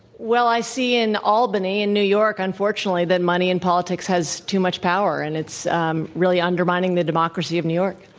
well, i see in albany, new york, unfortunately, that money in politics has too much power. and it's um really undermining the democracy of new york.